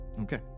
okay